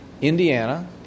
Indiana